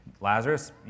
Lazarus